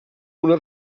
una